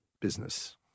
business